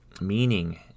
meaning